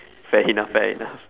fair enough fair enough